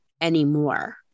anymore